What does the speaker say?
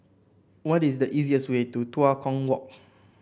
what is the easiest way to Tua Kong Walk